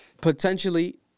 potentially